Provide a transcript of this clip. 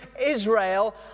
Israel